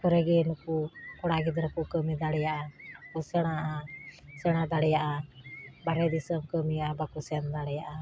ᱠᱚᱨᱮᱜᱮ ᱱᱩᱠᱩ ᱠᱚᱲᱟ ᱜᱤᱫᱽᱨᱟᱹ ᱠᱚ ᱠᱟᱹᱢᱤ ᱫᱟᱲᱮᱭᱟᱜᱼᱟ ᱥᱮᱬᱟᱜᱼᱟ ᱥᱮᱬᱟ ᱫᱟᱲᱮᱭᱟᱜᱼᱟ ᱵᱟᱨᱦᱮ ᱫᱤᱥᱟᱹᱢ ᱠᱟᱹᱢᱤ ᱟᱨ ᱵᱟᱠᱚ ᱥᱮᱱ ᱫᱟᱲᱮᱭᱟᱜᱼᱟ